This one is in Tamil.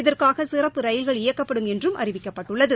இதற்காக சிறப்பு ரயில்கள் இயக்கப்படும் என்றும் அறிவிக்கப்பட்டுள்ளது